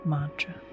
Mantra